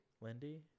Lindy